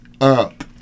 up